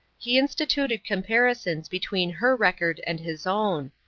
he instituted comparisons between her record and his own.